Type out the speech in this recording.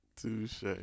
Touche